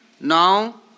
now